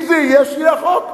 אם זה יהיה לפי החוק,